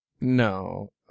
No